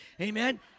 Amen